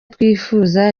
twifuza